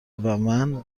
ومن